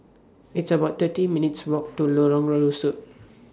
It's about thirty minutes' Walk to Lorong